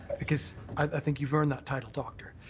because i think you've earned that title, doctor.